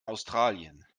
australien